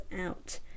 out